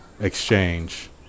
exchange